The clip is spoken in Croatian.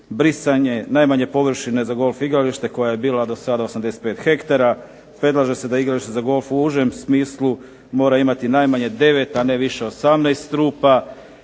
brisanje najmanje površine za golf igralište koja je bila dosada 85 hektara. Predlaže se da igralište za golf u užem smislu mora imati najmanje 9, a ne više 18 rupa,